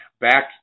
back